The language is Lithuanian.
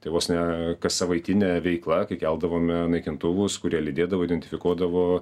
tai vos ne kassavaitinė veikla kai keldavome naikintuvus kurie lydėdavo identifikuodavo